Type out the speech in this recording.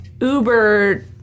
Uber